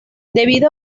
debido